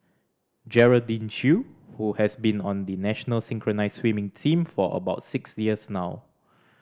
Geraldine Chew who has been on the national synchronised swimming team for about six years now